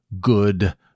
good